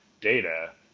data